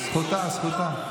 זכותה, זכותה.